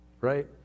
right